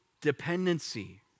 dependency